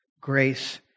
grace